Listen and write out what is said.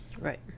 Right